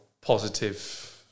positive